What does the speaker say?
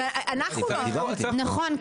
נכון,